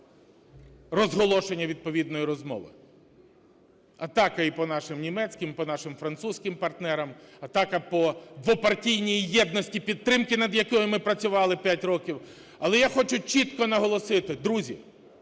розголошення відповідної розмови. Атака і по нашим німецьким, і по нашим французьким партнерам, атака по двопартійній єдності і підтримки, над якою ми працювали 5 років. Але я хочу чітко наголосити. Друзі,